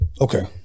Okay